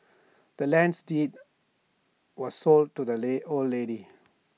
the land's deed was sold to the old lady